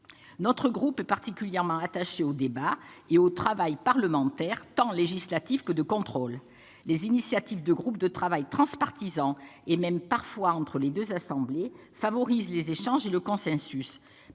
Notre groupe est particulièrement attaché au débat et au travail parlementaire, tant législatif que de contrôle. Les initiatives de groupes de travail transpartisans, voire entre les deux assemblées favorisent les échanges et le consensus.